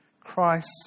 Christ